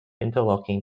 interlocking